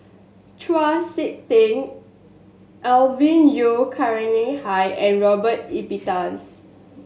Chau Sik Ting Alvin Yeo Khirn Hai and Robert Ibbetson